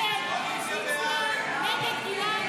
סעיף